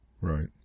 Right